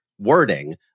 wording